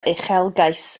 uchelgais